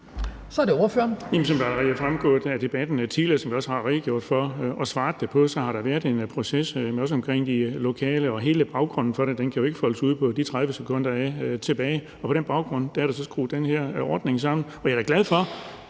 Så er det ordføreren.